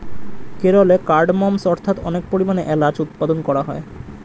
কেরলে কার্ডমমস্ অর্থাৎ অনেক পরিমাণে এলাচ উৎপাদন করা হয়